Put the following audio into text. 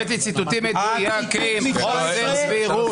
הבאתי ציטוטים מדויקים על חוסר סבירות.